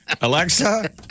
Alexa